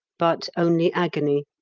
but only agony,